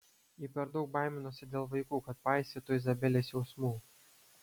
ji per daug baiminosi dėl vaikų kad paisytų izabelės jausmų